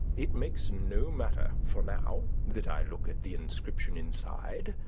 it makes no matter, for, now that i look at the inscription inside,